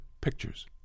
pictures